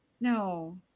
No